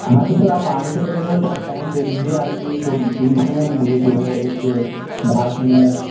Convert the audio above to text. ہمارا تو سر آپ آنے سے پہلے مجھے تھوڑا ٹائم دے دیجیے آج میری دو میٹنگس ہیں مجھے جو ہے ایک باہر سے میرا